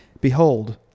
Behold